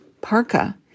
parka